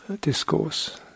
discourse